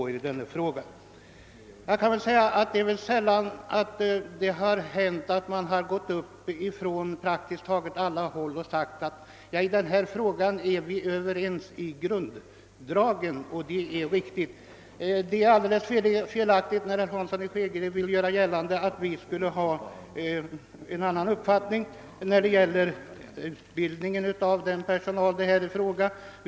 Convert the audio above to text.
Det har sällan hänt att man på praktiskt taget alla håll har sagt att alla är överens om grunddragen i en fråga. Det är alldeles felaktigt, som herr Hansson i Skegrie vill göra gällande, att vi skulle ha en annan uppfattning angående utbildningen av den personal det är fråga om här.